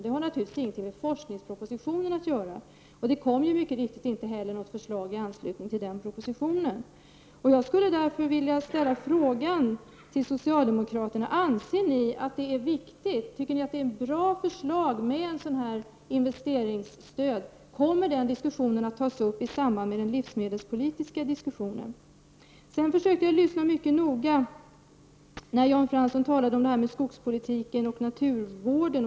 Detta har givetvis ingenting med forskningspropositionen att göra. Det kom mycket riktigt inte heller något förslag i anslutning till denna proposition. Jag vill därför fråga socialdemokraterna: Anser ni att det är viktigt med ett investeringsstöd? Är detta ett bra förslag? Kommer denna diskussion att tas upp i samband med den livsmedelspolitiska diskussionen? Jag försökte att lyssna mycket noga när Jan Fransson talade om skogspolitiken och naturvården.